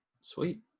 sweet